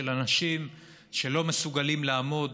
של אנשים שלא מסוגלים לעמוד